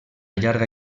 llarga